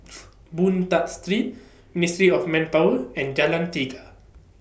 Boon Tat Street Ministry of Manpower and Jalan Tiga